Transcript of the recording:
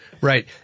Right